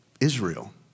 Israel